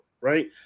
right